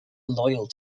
loyal